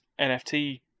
NFT